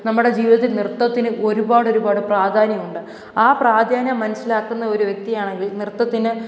നമ്മുടെ ജീവിതത്തിൽ ന്യത്തത്തിന് ഒരുപാട് ഒരുപാട് പ്രാധാന്യമുണ്ട് ആ പ്രാധാന്യം മനസിലാക്കുന്ന ഒരു വ്യക്തിയാണെങ്കിൽ നൃത്തത്തിന്